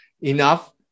enough